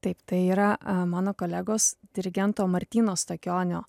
taip tai yra mano kolegos dirigento martyno stakionio